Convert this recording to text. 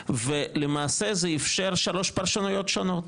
למעשה, זה אפשר שלוש פרשנויות שונות.